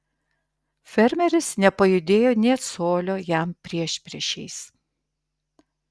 fermeris nepajudėjo nė colio jam priešpriešiais